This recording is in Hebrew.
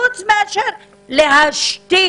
חוץ מאשר להשתיק